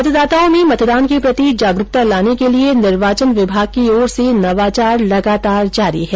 मतदाताओं में मतदान के प्रति जागरूकता लाने के लिये निर्वाचन विभाग की ओर से नवाचार जारी है